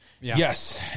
Yes